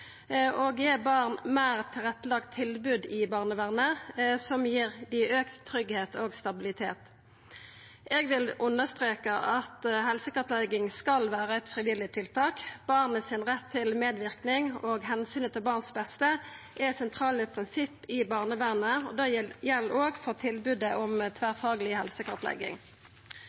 og gi barn meir tilrettelagte tilbod i barnevernet, som gir dei auka tryggleik og stabilitet. Eg vil understreka at helsekartlegging skal vera eit frivillig tiltak. Barnets rett til medverknad og omsynet til barns beste er sentrale prinsipp i barnevernet, og det gjeld òg for tilbodet om tverrfagleg helsekartlegging.